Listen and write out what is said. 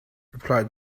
replied